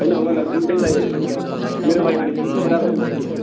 होइन मलाई बुटै चाहिएको थियो अन्त मेरो वाइफले बुट पुरा लगाउँछ कि